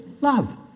Love